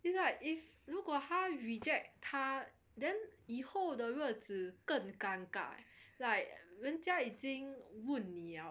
it's like if 如果他 reject 他 then 以后的日子更尴尬 like 人家已经问你了 then 你 reject